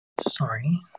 sorry